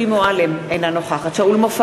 אינו נוכח שולי מועלם-רפאלי,